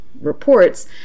reports